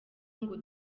ngo